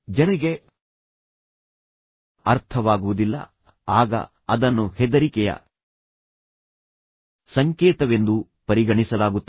ಜನರಿಗೆ ಅರ್ಥವಾಗುವುದಿಲ್ಲ ಆಗ ಅದನ್ನು ಹೆದರಿಕೆಯ ಸಂಕೇತವೆಂದು ಪರಿಗಣಿಸಲಾಗುತ್ತದೆ